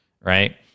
right